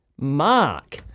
Mark